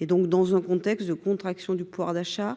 et donc dans un contexte de contraction du pouvoir d'achat